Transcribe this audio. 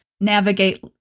navigate